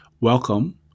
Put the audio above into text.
Welcome